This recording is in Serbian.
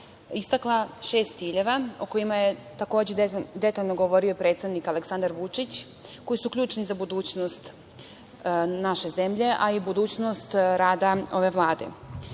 istakla šest ciljeva o kojima je takođe detaljno govorio predsednik Aleksandar Vučić, koji su ključni za budućnost naše zemlje, a i budućnost rada ove Vlade. Pre